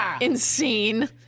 insane